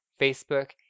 facebook